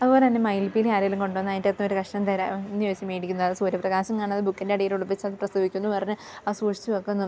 അതു പോലെ തന്നെ മയിൽപ്പീലി ആരെങ്കിലും കൊണ്ടു വന്നതിൻറ്റകത്തു നന്നൊരു കഷ്ണം തരാമോയെന്നു ചോദിച്ച് മേടിക്കുന്ന സൂര്യപ്രകാശം കാണാതെ ബുക്കിൻ്റടിയിലൊളിപ്പിച്ചത് പ്രസവിക്കുമെന്നു പറഞ്ഞ് അത് സൂക്ഷിച്ചു വെക്കുന്നതും